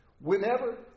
whenever